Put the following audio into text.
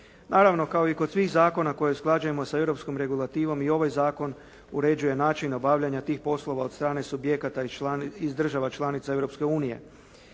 Naravno, kao i kod svih zakona koje usklađujemo sa europskom regulativom i ovaj zakon uređuje način obavljanja tih poslova od strane subjekata iz država članica Europske unije.